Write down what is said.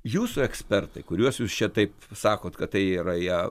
jūsų ekspertai kuriuos jūs čia taip sakot kad tai yra jie